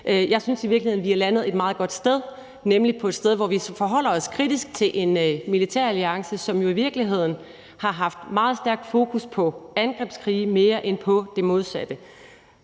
Jeg synes i virkeligheden, at vi er landet et meget godt sted, nemlig på et sted, hvor vi forholder os kritisk til en militæralliance, som jo i virkeligheden har haft meget stærkt fokus på angrebskrige, mere end på det modsatte.